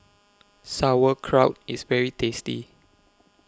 Sauerkraut IS very tasty